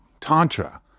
tantra